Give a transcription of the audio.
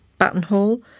Battenhall